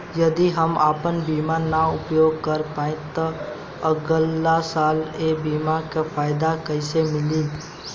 यदि हम आपन बीमा ना उपयोग कर पाएम त अगलासाल ए बीमा के फाइदा कइसे मिली?